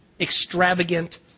extravagant